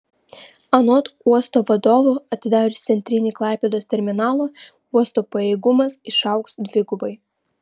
anot uosto vadovo atidarius centrinį klaipėdos terminalą uosto pajėgumas išaugs dvigubai